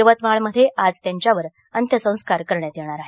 यवतमाळमध्ये आज त्यांच्यावर अंत्यसंस्कार करण्यात येणार आहेत